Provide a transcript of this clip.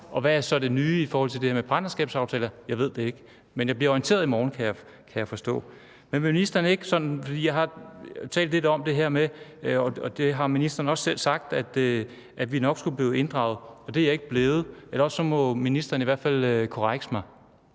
om, hvad der er det nye i forhold til det her med partnerskabsaftaler, for jeg ved det ikke. Men jeg bliver orienteret i morgen, kan jeg forstå. Vi har talt lidt om det her med – og det har ministeren også selv sagt – at ordførerne nok skal blive inddraget. Det er jeg ikke blevet – ellers må ministeren i hvert fald korrekse mig.